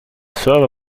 server